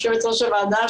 יושבת-ראש הוועדה,